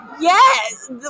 Yes